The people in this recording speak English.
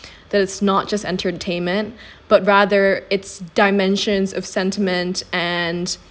that is not just entertainment but rather it's dimensions of sentiment and